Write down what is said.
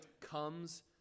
comes